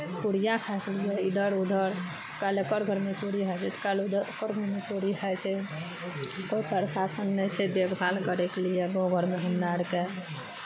पुड़िया खायके लिए इधर उधर कल एकर घरमे चोरी भए जायत कल उधर ओकर घरमे चोरी भए जाइ छै कोइ प्रशासन नहि छै देखभाल करयके लिए गाँव घरमे हमरा अरके